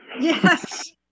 yes